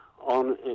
on